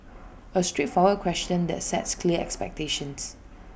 A straightforward question that sets clear expectations